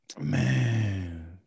man